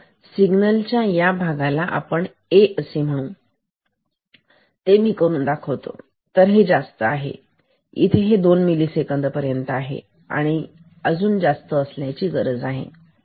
तर सिग्नलच्या या भागाला आपण A असे म्हणून मी ते काढून दाखवतो तर हे जास्त आहे आणि इथे दोन मिली सेकंद पर्यंत आहे आणि ते अजून जास्त असण्याची गरज आहे